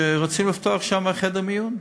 שרוצים לפתוח שם חדר מיון,